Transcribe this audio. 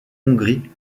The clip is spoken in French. hongrie